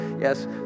Yes